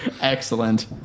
Excellent